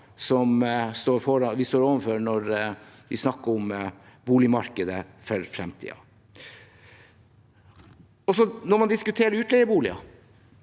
mørke skyer når vi snakker om boligmarkedet for fremtiden. Og når man diskuterer utleieboliger: